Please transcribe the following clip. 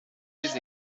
les